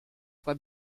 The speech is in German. zwei